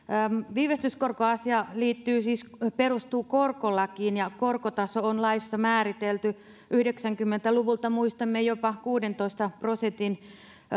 viivästyskorkoasia perustuu siis korkolakiin ja korkotaso on laissa määritelty yhdeksänkymmentä luvulta muistamme jopa kuudentoista prosentin